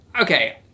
okay